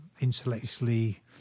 intellectually